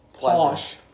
Posh